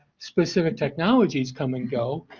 specific technologies come and go.